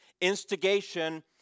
instigation